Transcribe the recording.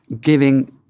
giving